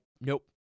nope